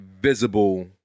visible